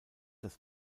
das